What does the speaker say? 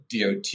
DOT